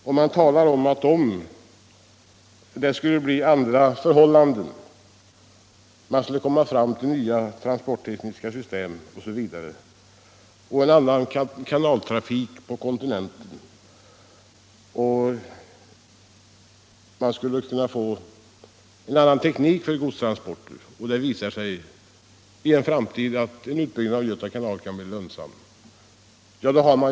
Om förhållandena skulle ändras så att man kunde komma fram till nya transporttekniska system, en annan kanaltrafik på kontinenten osv. och om man skulle kunna få en annan teknik för godstransporter, kan det visa sig att en utbyggnad av Göta kanal kan bli lönsam i en framtid.